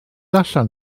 allan